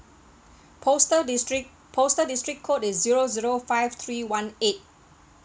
postal district postal district code is zero zero five three one eight